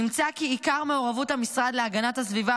נמצא כי עיקר מעורבות המשרד להגנת הסביבה